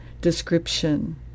description